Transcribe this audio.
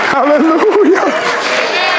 Hallelujah